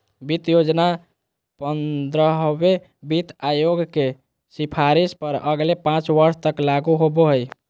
वित्त योजना पंद्रहवें वित्त आयोग के सिफारिश पर अगले पाँच वर्ष तक लागू होबो हइ